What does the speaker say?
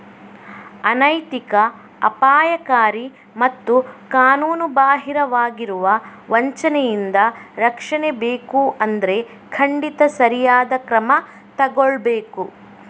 ಅನೈತಿಕ, ಅಪಾಯಕಾರಿ ಮತ್ತು ಕಾನೂನುಬಾಹಿರವಾಗಿರುವ ವಂಚನೆಯಿಂದ ರಕ್ಷಣೆ ಬೇಕು ಅಂದ್ರೆ ಖಂಡಿತ ಸರಿಯಾದ ಕ್ರಮ ತಗೊಳ್ಬೇಕು